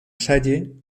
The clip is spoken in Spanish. salle